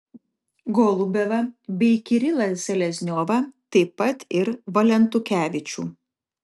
golubevą bei kirilą selezniovą taip pat ir valentukevičių